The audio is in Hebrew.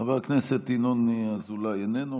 חבר הכנסת ינון אזולאי, איננו.